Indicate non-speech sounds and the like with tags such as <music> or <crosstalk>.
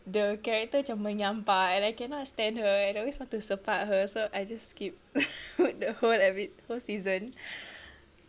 the character macam menyampah and I cannot stand her and I always want to sepak her so I just skip <laughs> the whole a bit first season <breath>